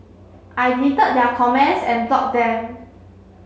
I deleted their comments and blocked them